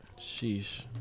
Sheesh